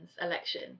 election